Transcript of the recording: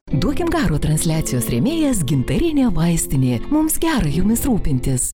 duokim garo transliacijos rėmėjas gintarinė vaistinė mums gera jumis rūpintis